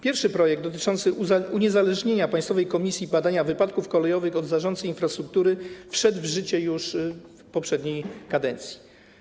Pierwszy projekt dotyczący uniezależnienia Państwowej Komisji Badania Wypadków Kolejowych od zarządcy infrastruktury wszedł w życie już w poprzedniej kadencji.